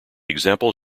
example